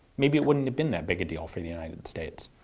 maybe it wouldn't have been that big a deal for the united states.